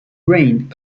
grained